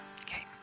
Okay